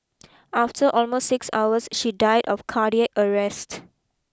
after almost six hours she died of cardiac arrest